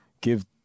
give